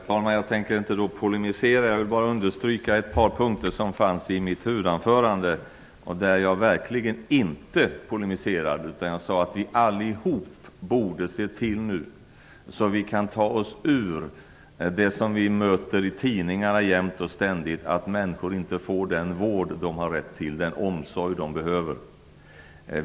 Herr talman! Jag tänker inte polemisera, utan jag vill bara understryka ett par punkter i mitt huvudanförande. Jag vill verkligen inte polemisera, utan jag sade att vi alla nu borde se till att vi kan komma bort från det som vi möter i tidningarna jämt och ständigt, dvs. att människor inte får den vård de har rätt till och den omsorg de behöver.